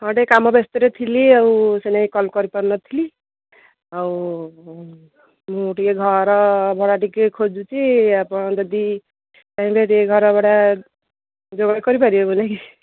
ହଁ ଟିକେ କାମ ବ୍ୟସ୍ଥରେ ଥିଲି ଆଉ ସେଇ ଲାଗି କଲ୍ କରି ପାରୁ ନଥିଲି ଆଉ ମୁଁ ଟିକେ ଘର ଭଡ଼ା ଟିକେ ଖୋଜୁଛି ଆପଣ ଯଦି ଚାହିଁବେ ଟିକେ ଘର ଭଡ଼ା ଯୋଗାଡ଼ କରିପାରିବେ ବୋଲି ମୋ ଲାଗି